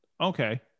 Okay